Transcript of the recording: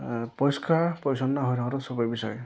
পৰিষ্কাৰ পৰিচ্ছন্ন হৈ থকাটো চবেই বিচাৰে